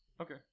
okay